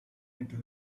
into